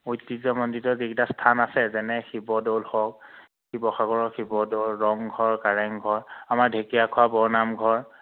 ঐতিহ্যমণ্ডিত যিকেইটা স্থান আছে যেনে শিৱদৌল হওক শিৱসাগৰৰ শিৱদৌল ৰংঘৰ কাৰেংঘৰ আমাৰ ঢেকীয়াখোৱা বৰ নামঘৰ